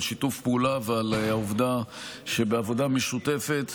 על שיתוף פעולה ועל העובדה שבעבודה משותפת,